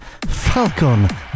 Falcon